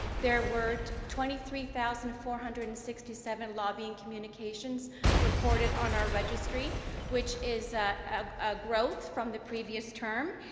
there were twenty three thousand four hundred and sixty seven lobbying communications reported on our registry which is ah ah growth from the previous term.